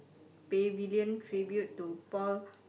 Pavilion Tribute to Paul